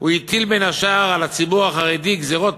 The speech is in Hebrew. הוא הטיל, בין השאר, על הציבור החרדי גזירות